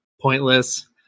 pointless